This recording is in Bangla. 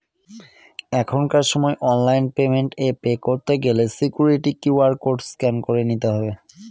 এখনকার সময় অনলাইন পেমেন্ট এ পে করতে গেলে সিকুইরিটি কিউ.আর কোড স্ক্যান করে নিতে হবে